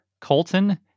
colton